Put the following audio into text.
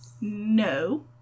No